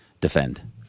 defend